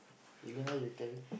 really meh you carry